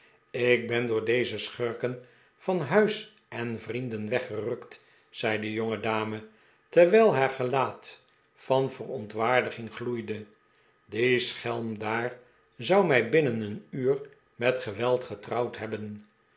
ik ben door deze schurken van huis en vrienden weggerukt zei de jongedame terwijl haar gelaat van verontwaardiging gloeide die schema daar zou mij binnen een uur met geweld getrouwd hebben